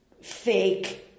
fake